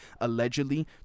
allegedly